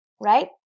right